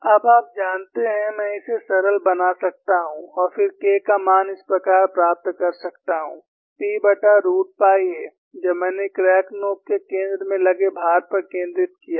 अब आप जानते हैं मैं इसे सरल बना सकता हूं और फिर K का मान इस प्रकार प्राप्त कर सकता हूं Pरूट पाई a जब मैंने क्रैक नोक के केंद्र में लगे भार पर केन्द्रित किया है